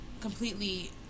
completely